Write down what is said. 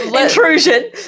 Intrusion